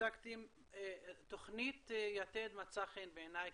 שהצגתם תוכנית 'יתד' מצאה חן בעיניי.